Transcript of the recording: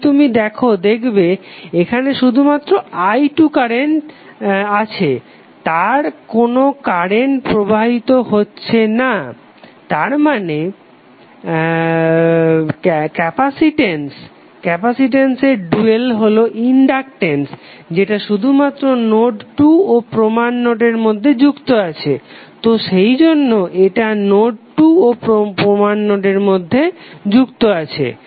যদি তুমি দেখো দেখবে এখানে শুধুমাত্র i2 কারেন্ট আছে আর কোনো কারেন্ট প্রবাহিত হচ্ছে না তারমানে ক্যাপাসিটেন্স এর ডুয়াল হলো ইনডাকটেন্স যেটা শুধুমাত্র নোড 2 ও প্রমান নোডের মধ্যে যুক্ত আছে তো সেই জন্য এটা নোড 2 ও প্রমান নোডের মধ্যে যুক্ত আছে